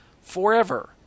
forever